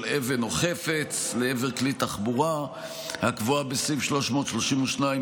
אבן או חפץ לעבר כלי תחבורה הקבועה בסעיף 332א,